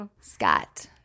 Scott